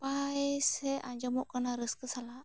ᱱᱟᱯᱟᱭ ᱥᱮ ᱟᱧᱡᱚᱢᱚᱜ ᱠᱟᱱᱟ ᱨᱟᱹᱥᱠᱟᱹ ᱥᱟᱞᱟᱜ